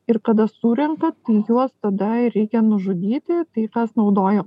ir kada surenkant juos tada reikia nužudyti tai tas naudoja